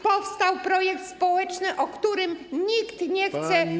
Powstał projekt społeczny, o którym nikt nie chce mówić.